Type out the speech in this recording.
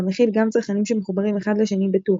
המכיל גם צרכנים שמחוברים אחד לשני בטור